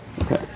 Okay